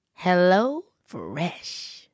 HelloFresh